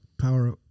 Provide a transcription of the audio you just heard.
power